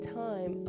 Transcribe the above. time